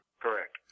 Correct